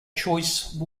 choice